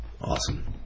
Awesome